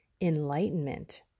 enlightenment